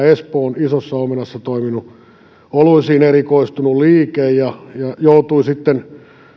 espoon isossa omenassa toiminut oluisiin erikoistunut liike joka joutui sitten